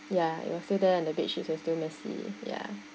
ya it was still there and the bedsheets was still messy ya